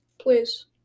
Please